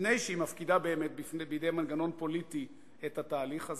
מפני שהיא מפקידה בידי מנגנון פוליטי את התהליך הזה.